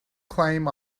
claim